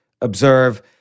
observe